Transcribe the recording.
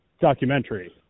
documentary